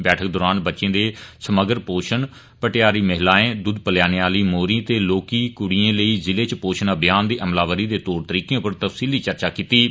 बैठक दौरान बच्चै दे समग्र पोषण पटियारी महिलाएं दुद्ध पलैयनी आली मौरी ते लौहकी कुडियें लेई जिले इच पोषण अभियान दी अमलावरी दे तौर तरीके पर तफसीली चर्चा कीती गेई